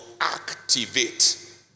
activate